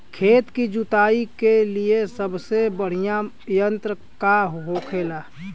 खेत की जुताई के लिए सबसे बढ़ियां यंत्र का होखेला?